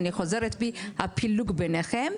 אנחנו בתוך תהליך מאוד משמעותי של חיבור היחידות,